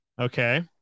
Okay